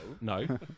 No